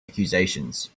accusations